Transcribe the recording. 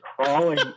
crawling